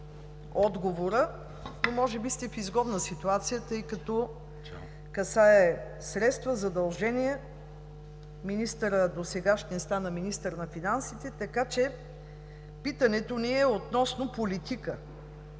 отговора и може би сте в изгодна ситуация, тъй като касае средства, задължения – досегашният министър стана министър на финансите, така че питането ни е относно политика,